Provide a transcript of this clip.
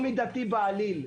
לא מידתי בעליל,